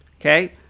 okay